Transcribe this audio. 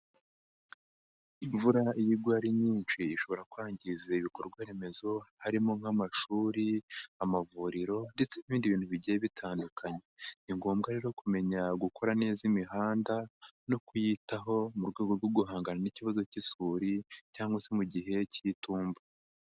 Imvura iyo igwa ari nyinshi, ishobora kwangiza ibikorwa remezo harimo nk'amashuri, amavuriro ndetse n'ibindi bintu bigiye bitandukanye. Ni ngombwa rero kumenya gukora neza imihanda, no kuyitaho mu rwego rwo guhangana n'ikibazo cy'isuri cyangwa se mu gihe k'itumba.